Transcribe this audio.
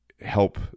help